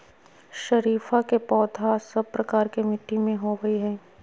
शरीफा के पौधा सब प्रकार के मिट्टी में होवअ हई